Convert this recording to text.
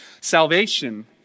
Salvation